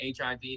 HIV